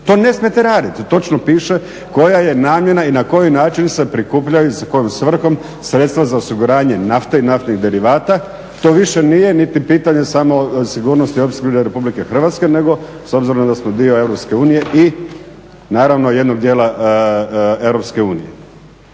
To ne smijete raditi. Točno piše koja je namjena i na koji način se prikupljaju i sa kojom svrhom sredstva za osiguranje nafte i naftnih derivata. To više nije pitanje samo sigurnosti opskrbe RH nego s obzirom da smo dio EU i naravno jednog dijela EU.